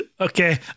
Okay